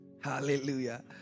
Hallelujah